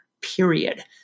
period